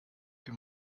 que